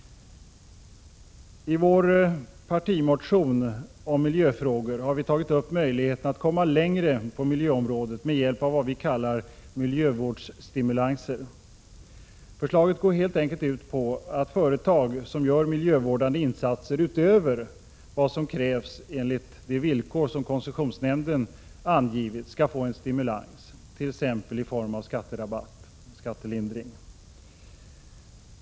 I vår partimotion om miljöfrågor har vi tagit upp möjligheten att komma längre på miljöområdet med hjälp av vad vi kallar miljövårdsstimulanser. Förslaget går helt enkelt ut på att företag som gör miljövårdande insatser utöver vad som krävs enligt de villkor koncessionsnämnden angivit skall få en stimulans, t.ex. i form av skatterabatt-skattelindring.